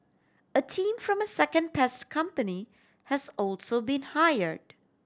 a team from a second pest company has also been hired